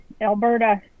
Alberta